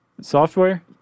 Software